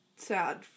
Sad